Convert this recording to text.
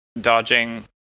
dodging